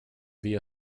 via